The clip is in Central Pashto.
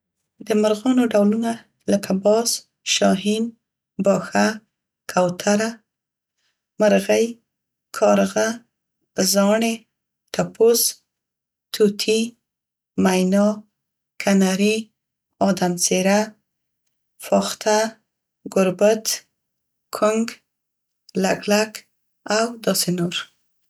د مرغانو ډولونه لکه باز، شاهین، باښه، کوتره، مرغۍ، کارغه، زاڼې، ټپوس، طوطي، مینا، کنري، ادم څیره، فاخته، ګربت، کونګ، لګ لک او داسې نور.